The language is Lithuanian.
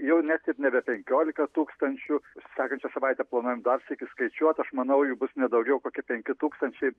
jau net ir nebe penkiolika tūkstančių sekančią savaitę planuojam dar sykį skaičiuot aš manau jų bus ne daugiau kokie penki tūkstančiai